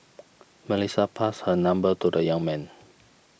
Melissa passed her number to the young man